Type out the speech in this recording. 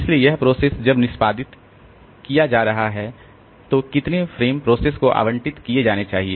इसलिए एक प्रोसेस जब निष्पादित किया जा रहा है तो कितने फ्रेम प्रोसेस को आवंटित किए जाने चाहिए